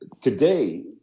today